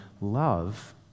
love